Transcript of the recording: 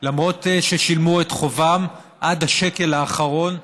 למרות ששילמו את חובם עד השקל האחרון,